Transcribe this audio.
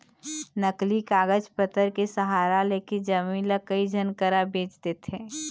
नकली कागज पतर के सहारा लेके जमीन ल कई झन करा बेंच देथे